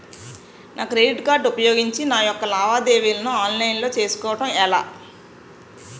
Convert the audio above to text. నా credit card ఉపయోగించి నా యెక్క లావాదేవీలను ఆన్లైన్ లో చేసుకోవడం ఎలా?